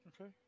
okay